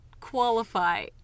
qualify